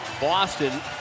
Boston